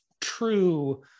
true